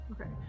Okay